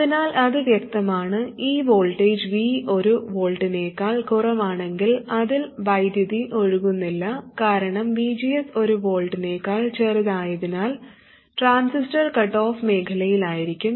അതിനാൽ അത് വ്യക്തമാണ് ഈ വോൾട്ടേജ് V ഒരു വോൾട്ടിനേക്കാൾ കുറവാണെങ്കിൽ അതിൽ വൈദ്യുതി ഒഴുകുന്നില്ല കാരണം VGS ഒരു വോൾട്ടിനേക്കാൾ ചെറുതായതിനാൽ ട്രാൻസിസ്റ്റർ കട്ട് ഓഫ് മേഖലയിലായിരിക്കും